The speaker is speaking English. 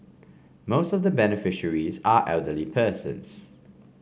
most of the beneficiaries are elderly persons